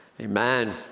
amen